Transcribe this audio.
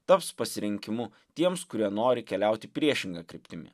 taps pasirinkimu tiems kurie nori keliauti priešinga kryptimi